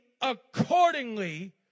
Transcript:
accordingly